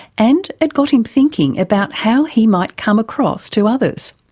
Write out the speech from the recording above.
and it got him thinking about how he might come across to others.